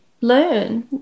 learn